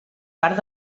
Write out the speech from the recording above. part